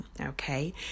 Okay